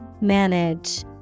Manage